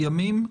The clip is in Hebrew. ימים.